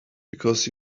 because